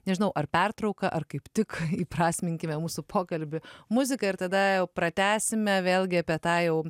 nežinau ar pertrauką ar kaip tik įprasminkime mūsų pokalbį muzika ir tada jau pratęsime vėlgi apie tą jau